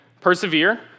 persevere